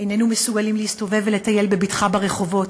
איננו מסוגלים להסתובב ולטייל בבטחה ברחובות.